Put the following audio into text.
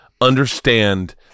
understand